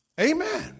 Amen